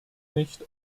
nicht